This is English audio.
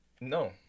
No